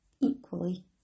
equally